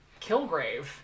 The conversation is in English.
Kilgrave